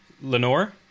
Lenore